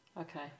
Okay